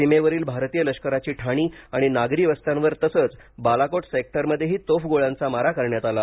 सीमेवरील भारतीय लष्कराची ठाणी आणि नागरी वस्त्यावर तसंच बालाकोट सेक्टरमध्येही तोफगोळ्यांचा मारा करण्यात आला